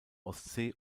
ostsee